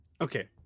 Okay